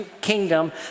kingdom